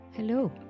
Hello